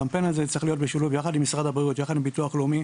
הקמפיין הזה צריך להיות משולב יחד עם משרד הבריאות ועם ביטוח לאומי.